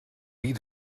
wie